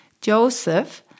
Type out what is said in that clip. Joseph